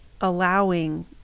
allowing